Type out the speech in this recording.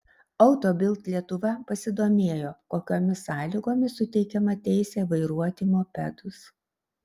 auto bild lietuva pasidomėjo kokiomis sąlygomis suteikiama teisė vairuoti mopedus